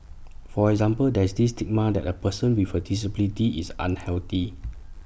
for example there's this stigma that A person with A disability is unhealthy